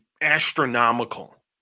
astronomical